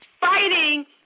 fighting